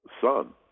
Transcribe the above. son